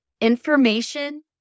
information